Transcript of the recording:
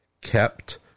kept